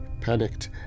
panicked